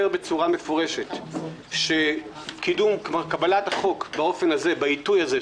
בצורה מפורשת שקבלת החוק באופן הזה ובעיתוי הזה,